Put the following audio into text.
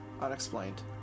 unexplained